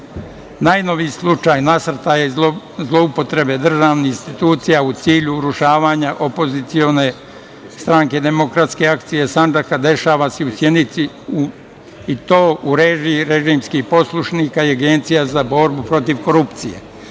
slučaj nasrtaja i zloupotrebe državnih institucija u cilju urušavanja opozicione strane Demokratske akcije Sandžaka dešava se i u Sjenici i to u režiji režimskih poslušnika i Agencija za borbu protiv korupcije. Naime,